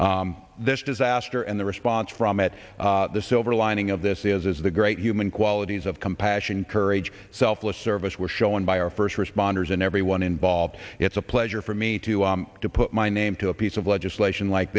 this disaster and the response from at the silver lining of this is the great human qualities of compassion courage selfless service were shown by our first responders and everyone involved it's a pleasure for me to to put my name to a piece of legislation like